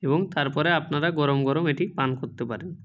এবং তারপরে আপনারা গরম গরম এটি পান করতে পারেন